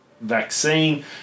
vaccine